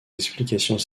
explications